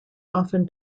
often